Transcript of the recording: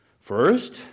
First